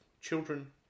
children